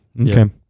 Okay